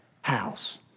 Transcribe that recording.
house